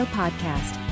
podcast